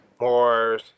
more